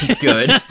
good